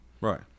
Right